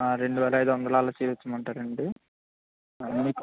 రెండువేల ఐదువందలు అలా చూపించమంటారా అండి మీకు